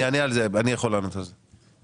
אני יכול לענות על זה.